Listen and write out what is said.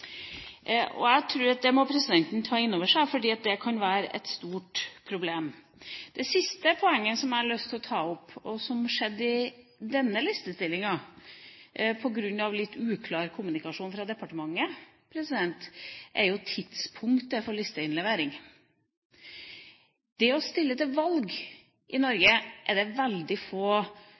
sånn. Jeg tror at det må presidenten ta inn over seg, for det kan være et stort problem. Det siste poenget som jeg har lyst til å ta opp, og som skjedde i denne listestillinga på grunn av litt uklar kommunikasjon fra departementet, er tidspunktet for listeinnlevering. Det å stille til valg i Norge er det veldig få